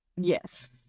Yes